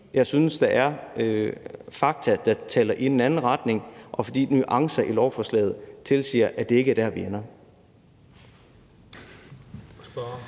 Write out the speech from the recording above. jeg synes, der er fakta, der taler i den anden retning, og fordi nuancer i lovforslaget tilsiger, at det ikke er der, vi ender.